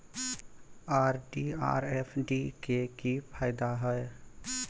RD आर FD के की फायदा हय?